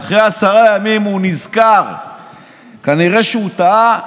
ואחרי עשרה ימים הוא נזכר כנראה שהוא טעה,